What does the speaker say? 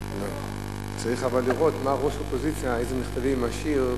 אבל צריך לראות איזה מכתבים משאיר